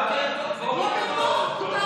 מותר לזרז, מה